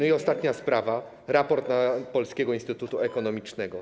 Ostatnia sprawa - raport Polskiego Instytutu Ekonomicznego.